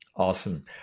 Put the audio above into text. Awesome